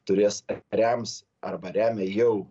turės rems arba remia jau